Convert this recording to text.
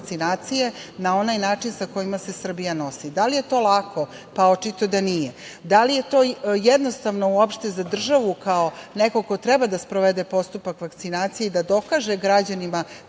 na onaj način kako se Srbija nosi. Da li je to lako? Očito da nije. Da li je to jednostavno uopšte za državu kao nekog ko treba da sprovede postupak vakcinacije i da dokaže građanima